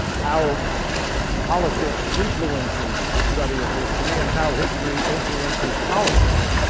how politics influences the study of history and how history influences politics.